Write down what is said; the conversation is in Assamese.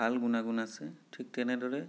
ভাল গুণাগুণ আছে ঠিক তেনেদৰে